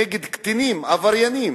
נגד קטינים עבריינים,